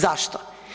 Zašto?